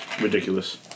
ridiculous